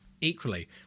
equally